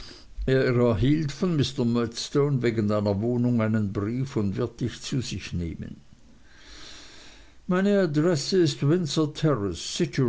erhielt von mr murdstone wegen deiner wohnung einen brief und wird dich zu sich nehmen meine adresse ist windsor